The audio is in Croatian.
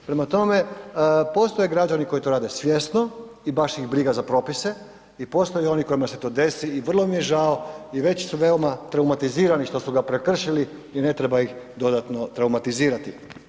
Prema tome, postoje građani koji to rade svjesno i baš ih briga za propise i postoje oni kojima se to desi i vrlo mi je žao i već su veoma traumatizirani što su ga prekršili i ne treba ih dodatno traumatizirati.